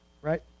Right